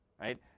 right